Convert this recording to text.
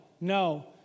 no